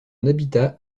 habitat